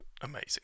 amazing